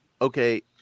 okay